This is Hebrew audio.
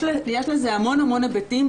יש לזה המון המון היבטים,